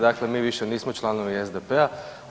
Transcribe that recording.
Dakle, mi više nismo članovi SDP-a.